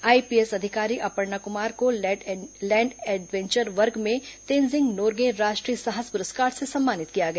IPS अधिकारी अपर्णा कुमार को land adventure वर्ग में तेनजिंग नोर्गे राष्ट्रीय साहस प्रस्कार से सम्मानित किया गया